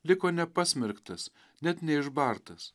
liko nepasmerktas net neižbartas